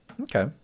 Okay